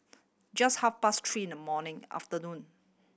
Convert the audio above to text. just half past three in the morning afternoon